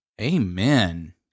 Amen